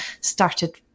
started